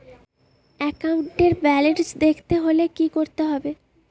একাউন্টের ব্যালান্স দেখতে হলে কি করতে হবে?